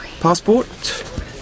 Passport